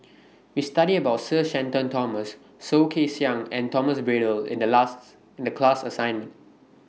We studied about Sir Shenton Thomas Soh Kay Siang and Thomas Braddell in The class assignment